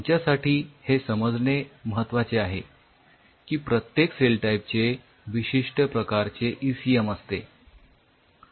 तुमच्यासाठी हे समजणे महत्वाचे आहे की प्रत्येक सेल टाईपचे विशिष्ठ प्रकारचे ईसीएम असते